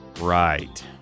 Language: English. Right